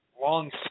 long